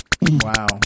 Wow